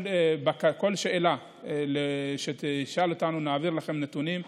כל שאלה שתשאל אותנו, נעביר לכם נתונים.